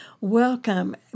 welcome